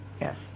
Yes